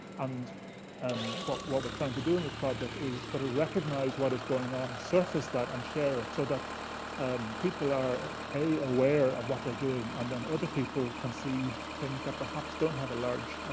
and um what what we're trying to do in this project is sort of recognize what is going on, surface that, and um share it, so that people are a aware of what they're doing, and then other people can see things that perhaps don't have a large